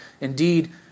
Indeed